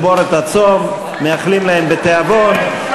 כפי שהודעתי בתחילת הדיון,